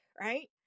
right